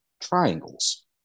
triangles